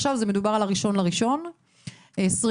עכשיו מדובר על ה-1 בינואר 2022,